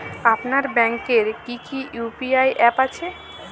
আপনার ব্যাংকের কি কি ইউ.পি.আই অ্যাপ আছে?